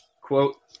quote